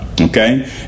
okay